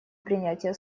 принятия